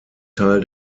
teil